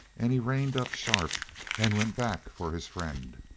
and he reined up sharp and went back for his friend.